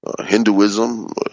Hinduism